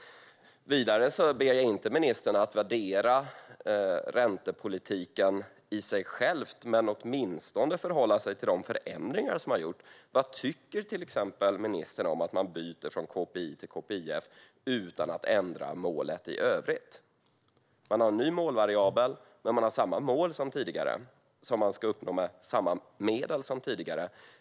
Jag ber inte ministern värdera räntepolitiken i sig själv men åtminstone förhålla sig till de förändringar som har gjorts. Vad tycker ministern till exempel om att man byter från KPI till KPIF utan att ändra målet i övrigt? Man har ny målvariabel, men man har samma mål som tidigare som man ska uppnå med samma medel som tidigare.